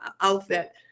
outfit